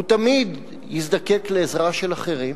הוא תמיד יזדקק לעזרה של אחרים.